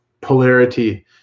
polarity